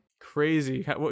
Crazy